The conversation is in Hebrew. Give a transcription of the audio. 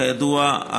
כידוע,